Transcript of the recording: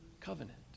covenant